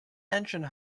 engine